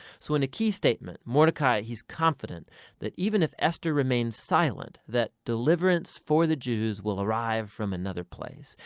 so in a key statement, mordecai, he's confident that even if esther remains silent that deliverance for the jews will arrive from another place.